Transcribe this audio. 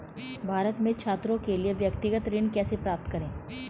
भारत में छात्रों के लिए व्यक्तिगत ऋण कैसे प्राप्त करें?